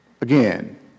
Again